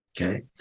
okay